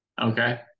Okay